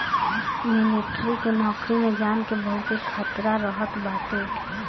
military के नोकरी में जान के बहुते खतरा रहत बाटे